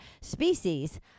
species